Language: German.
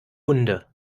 hunde